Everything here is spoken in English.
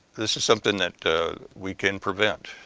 this is something that we can prevent.